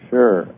Sure